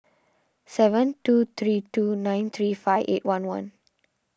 seven two three two nine three five eight one one